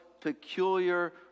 peculiar